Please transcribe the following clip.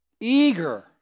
Eager